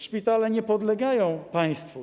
Szpitale nie podlegają państwu.